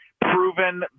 proven